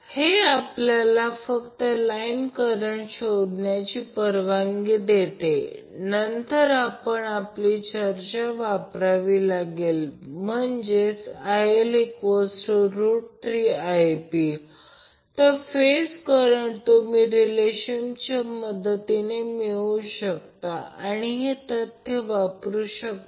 तर हे केवळ लाईन करंटची गणना करण्यास अनुमती देते म्हणून ∆ ट्रान्सफॉर्मेशन ∆ ट्रान्सफॉर्मेशन दोन्ही शक्य आहे जर वाटले तर ∆ ते ते ∆ मध्ये रूपांतरित करू शकता